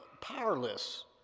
powerless